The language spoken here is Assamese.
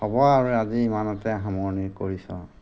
হ'ব আৰু আজি ইমানতে সামৰণি কৰিছোঁ